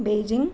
Beijing